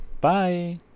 Bye